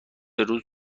روز